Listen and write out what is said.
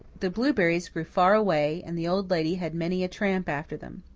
the blueberries grew far away and the old lady had many a tramp after them.